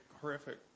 horrific